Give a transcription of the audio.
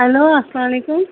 hello اسلام علیکُم